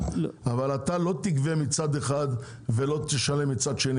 אבל אתה לא תגבה מצד אחד ולא תשלם מצד שני.